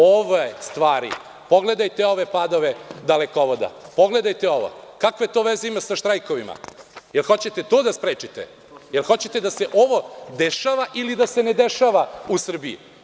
Ove stvari, pogledajte ove padove dalekovoda, pogledajte ovo, kakve veze to ima sa štrajkovima, jel hoćete da se ovo dešava ili da se ne dešava u Srbiji.